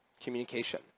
communication